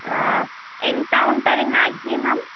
ఎంత ఉంటుంది మ్యాక్సిమం